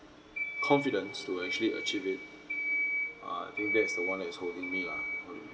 confidence to actually achieve it uh I think that's the one is holding me lah